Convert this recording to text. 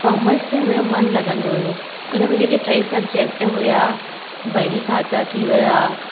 commerce में मुंहिंजो मनु लॻंदो हुओ उन में जेकी टई सब्जेक्ट हुआ बहीखाता थी विया